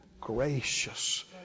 gracious